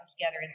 together